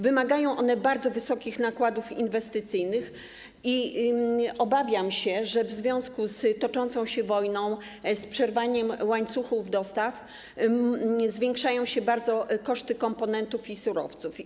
Wymagają one bardzo wysokich nakładów inwestycyjnych i obawiam się, że w związku z toczącą się wojną i z przerwaniem łańcuchów dostaw zwiększają się bardzo koszty komponentów i surowców.